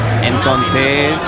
Entonces